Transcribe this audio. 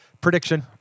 prediction